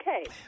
Okay